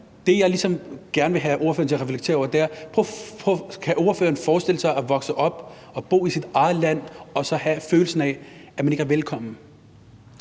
ligesom gerne vil have ordføreren til at reflektere over, er, om ordføreren kan forestille sig at vokse op og bo i sit eget land og så have følelsen af, at man ikke er velkommen.